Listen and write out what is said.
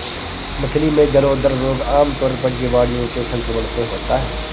मछली में जलोदर रोग आमतौर पर जीवाणुओं के संक्रमण से होता है